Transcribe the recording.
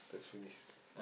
that's finished